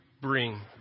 bring